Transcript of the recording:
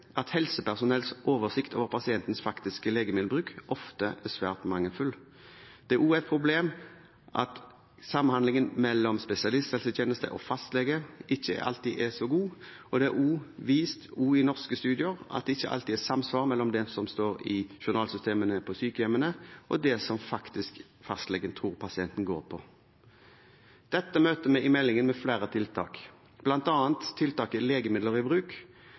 at helsepersonells oversikt over pasientens faktiske legemiddelbruk ofte er svært mangelfull. Det er også et problem at samhandlingen mellom spesialisthelsetjeneste og fastlege ikke alltid er så god, og det er vist også i norske studier at det ikke alltid er samsvar mellom det som står i journalsystemene på sykehjemmene, og det som fastlegen faktisk tror pasienten går på. Dette møter vi i meldingen med flere tiltak, bl.a. tiltaket Legemidler i bruk,